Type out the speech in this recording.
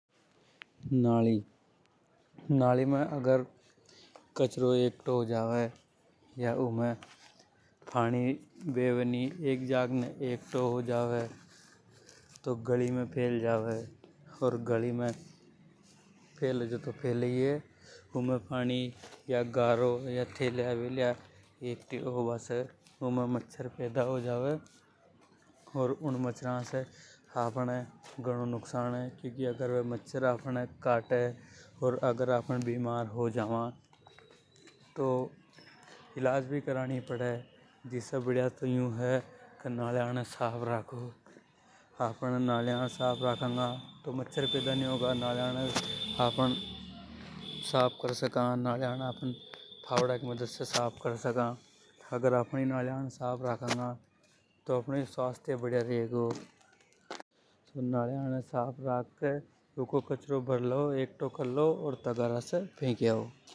नाली, नाली में कचरों एक्टो हो जावे, या उमें पाणी एक्टो हो जावे बेवे नि। जिसे गली में पानी भरा जावे जिसे उमें पन्निया, थैलियां, एक्टी हो जावे। जिसे मच्छर पैदा हो जावे ओर उन माछरा से आफ़न ये घणों नुकसान है। क्यूंकि अगर वे मच्छर आपन ये काट लेवे तो आपन बीमार हो जावा। बीमार होवा जिसे बढ़िया तो उन नालियां ने साफ राखा। नालियाने आफ़न फावड़ा को सहायता से साफ कर सका। अगर आपन नालियां ने साफ रखांगा तो आपने स्वास्थ्य साव रेगो। ओर तगड़ा से फे कियाओ।